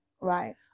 right